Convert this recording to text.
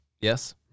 Yes